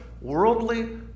worldly